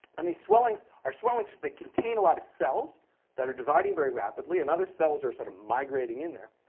and these swellings are swellings. so they contain a lot of cells that are dividing very rapidly. and other cells are sort of migrating in there.